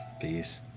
Peace